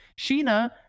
Sheena